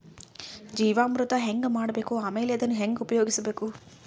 ಜೀವಾಮೃತ ಹೆಂಗ ಮಾಡಬೇಕು ಆಮೇಲೆ ಅದನ್ನ ಹೆಂಗ ಉಪಯೋಗಿಸಬೇಕು?